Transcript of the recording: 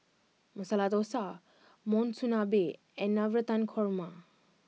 Masala Dosa Monsunabe and Navratan Korma